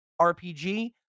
rpg